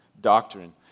doctrine